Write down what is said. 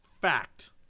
Fact